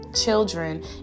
children